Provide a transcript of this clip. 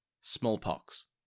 smallpox